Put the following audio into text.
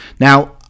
now